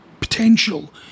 potential